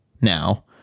now